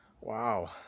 Wow